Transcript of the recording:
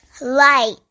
light